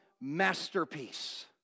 masterpiece